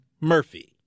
Murphy